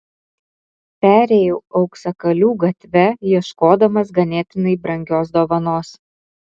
perėjau auksakalių gatve ieškodamas ganėtinai brangios dovanos